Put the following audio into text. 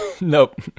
Nope